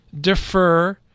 defer